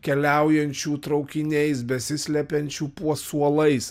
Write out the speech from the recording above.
keliaujančių traukiniais besislepiančių puo suolais